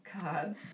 God